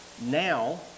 now